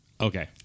Okay